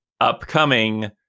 upcoming